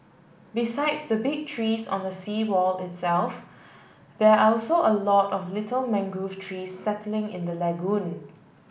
besides the big trees on the seawall itself there are also a lot of little mangrove trees settling in the lagoon